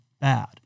bad